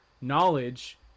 knowledge